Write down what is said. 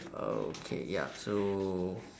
okay ya so